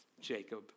Jacob